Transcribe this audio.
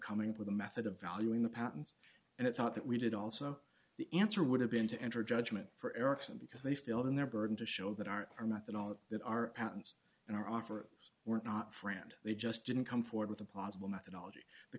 coming up with a method of valuing the patents and it's not that we did also the answer would have been to enter a judgment for ericsson because they failed in their burden to show that our our method all that our patents and our offer were not friend they just didn't come forward with a possible methodology the